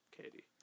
Katie